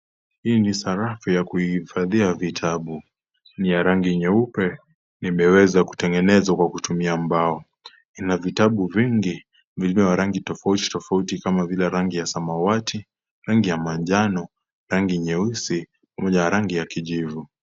Hii ni sarafu ya kuihifadhia vitabu. Ni ya rangi nyeupe nimeweza kutengeneza kwa kutumia mbao. Ina vitabu vingi vilivyo rangi tofauti tofauti kama vile rangi ya samawati, rangi ya manjano, rangi nyeusi pamoja na rangi ya kijivu.